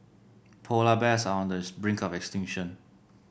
polar bears are on the brink of extinction